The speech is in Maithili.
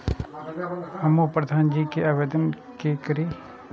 हमू प्रधान जी के आवेदन के करी?